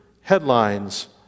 headlines